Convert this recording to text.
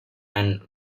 and